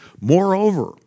Moreover